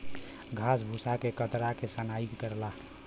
घास भूसा के कतरा के सनाई करला